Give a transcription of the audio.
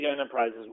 enterprises